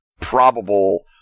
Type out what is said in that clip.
probable